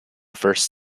first